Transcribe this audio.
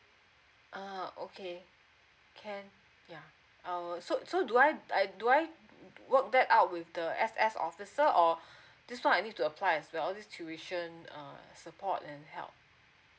uh okay can ya ah oh so so do I I do I work that out with the S_S officer or this one I need to apply as well this situation um support and help